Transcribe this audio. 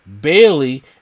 Bailey